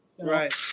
Right